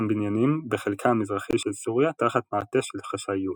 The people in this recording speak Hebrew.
בניינים בחלקה המזרחי של סוריה תחת מעטה של חשאיות.